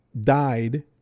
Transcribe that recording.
died